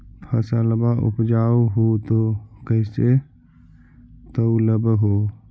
फसलबा उपजाऊ हू तो कैसे तौउलब हो?